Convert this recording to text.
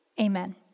Amen